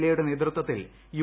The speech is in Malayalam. എയുടെ നേതൃത്വത്തിൽ യു